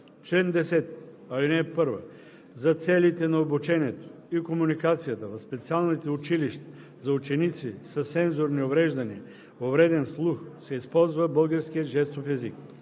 „Чл. 10. (1) За целите на обучението и комуникацията в специалните училища за ученици със сензорни увреждания – увреден слух, се използва българският жестов език.